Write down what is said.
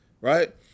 Right